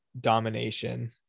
domination